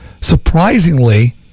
Surprisingly